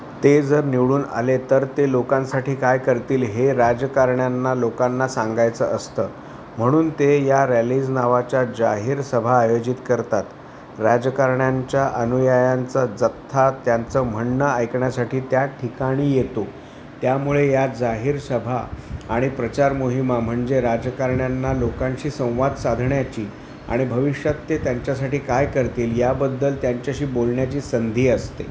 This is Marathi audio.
ते जर निवडून आले तर ते लोकांसाठी काय करतील हे राजकारण्याांंना लोकांना सांगायचं असतं म्हणून ते या रॅलीज नावाच्या जाहिरसभा आयोजित करतात राजकारण्याांच्या अनुयायांचा जथ्था त्यांचं म्हणणं ऐकण्यासाठी त्या ठिकाणी येतो त्यामुळे यात जाहीर सभा आणि प्रचार मोहिमा म्हणजे राजकारण्यांना लोकांशी संवाद साधण्याची आणि भविष्यात ते त्यांच्यासाठी काय करतील याबद्दल त्यांच्याशी बोलण्याची संधी असते